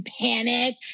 panic